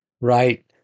Right